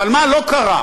אבל מה לא קרה?